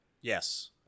Yes